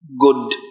good